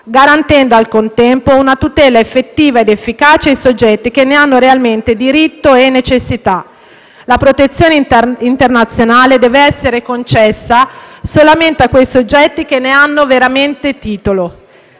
garantendo al contempo una tutela effettiva ed efficace ai soggetti che ne hanno realmente diritto e necessità. La protezione internazionale dev'essere concessa solamente a quei soggetti che ne hanno veramente titolo.